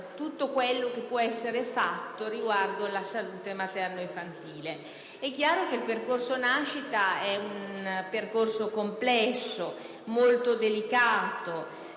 tutto ciò che può essere fatto riguardo la salute materno-infantile. Il percorso nascita è un percorso complesso, molto delicato,